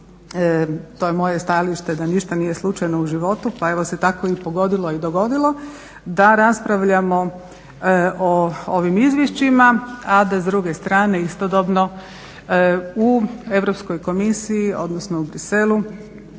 to je moje stajalište, da ništa nije slučajno u životu pa evo se tako i pogodilo i dogodilo da raspravljamo o ovim izvješćima, a da s druge strane istodobno u Europskoj komisiji, odnosno u Bruxellesu